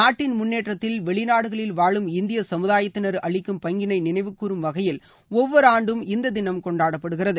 நாட்டின் முன்னேற்றத்தில் வெளிநாடுகளில் வாழும் இந்திய சமுதாயத்தினர் அளிக்கும் பங்கினை நினைவு கூறும் வகையில் ஒவ்வொரு ஆண்டும் இந்த தினம் கொண்டாடப்படுகிறது